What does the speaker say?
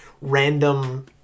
random